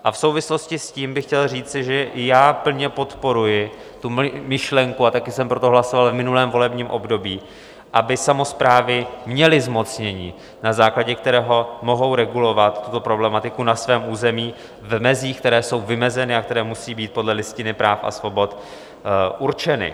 V souvislosti s tím bych chtěl říci, že i já plně podporuji tu myšlenku a také jsem pro to hlasoval v minulém volebním období aby samosprávy měly zmocnění, na základě kterého mohou regulovat tuto problematiku na svém území v mezích, které jsou vymezeny a které musí být podle Listiny práv a svobod určeny.